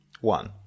one